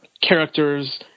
characters